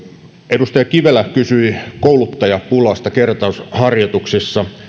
edustaja kivelä kysyi kouluttajapulasta kertausharjoituksissa